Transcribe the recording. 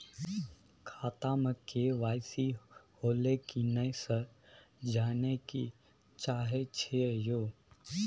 खाता में के.वाई.सी होलै की नय से जानय के चाहेछि यो?